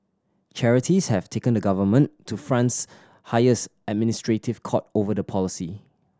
charities have taken the government to France highest administrative court over the policy